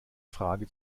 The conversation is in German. frage